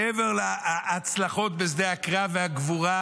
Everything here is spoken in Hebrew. מעבר להצלחות בשדה הקרב והגבורה,